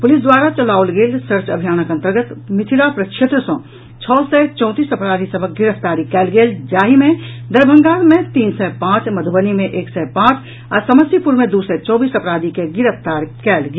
police द्वारा चलाओल गेल सर्च अभियानक अंतर्गत मिथिला प्रक्षेत्र सँ छओ सय चौंतीस अपराधी सभक गिरफ्तारी कयल गेल जाहि मे दरभंगा सँ तीन सय पांच मधुबनी मे एक सय पांच आ समस्तीपुर मे दू सय चौबीस अपराधी के गिरफ्तार कयल गेल